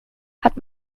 hat